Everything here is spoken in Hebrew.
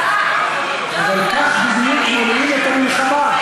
אבל כך בדיוק מונעים את המלחמה.